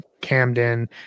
Camden